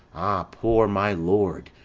ah, poor my lord,